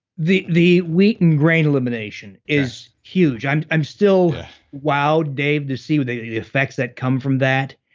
the the wheat and grain elimination is huge. and i'm still wowed dave to see but the the effects that come from that.